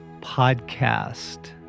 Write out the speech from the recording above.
podcast